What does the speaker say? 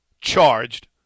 charged